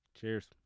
Cheers